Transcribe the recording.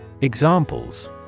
Examples